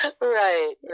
Right